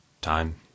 time